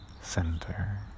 center